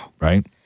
Right